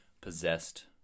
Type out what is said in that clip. possessed